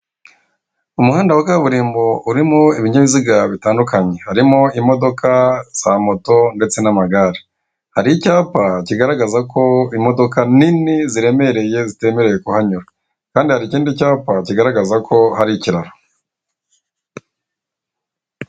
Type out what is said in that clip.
Umuhanda wa kaburimbo urimo ibinyabiziga bitandukanye harimo imodoka za moto ndetse n'amagare. Hari icyapa kigaragaza ko imodoka nini ziremereye zitemerewe kuhanyura kandi hhari ikindi cyapa kigaragaza ko hari ikiraro.